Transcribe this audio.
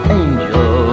angel